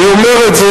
אני אומר את זה,